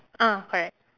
ah correct